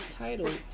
title